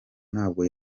ntabwo